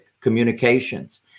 communications